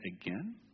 again